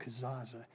kazaza